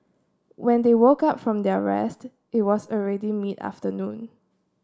when they woke up from their rest it was already mid afternoon